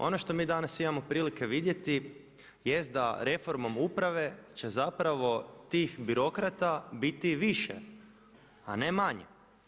Ono što mi danas imamo prilike vidjeti jest da reformom uprave će zapravo tih birokrata biti više, a ne manje.